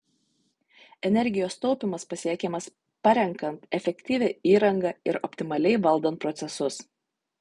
energijos taupymas pasiekiamas parenkant efektyvią įrangą ir optimaliai valdant procesus